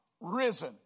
risen